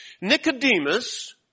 Nicodemus